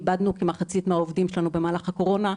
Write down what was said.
איבדנו כמחצית מהעובדים שלנו במהלך הקורונה.